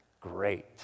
great